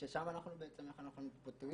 ששם אנחנו --- איך אנחנו פותרים.